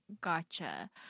Gotcha